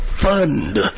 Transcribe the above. Fund